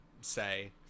say